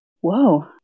whoa